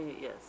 yes